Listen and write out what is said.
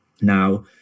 Now